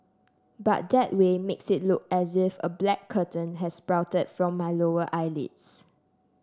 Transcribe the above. but that way makes it look as if a black curtain has sprouted from my lower eyelids